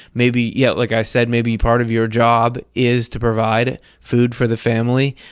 maybe, yeah, like i said, maybe part of your job is to provide food for the family,